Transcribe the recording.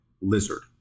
lizard